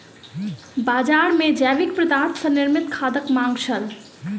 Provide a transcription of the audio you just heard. बजार मे जैविक पदार्थ सॅ निर्मित खादक मांग छल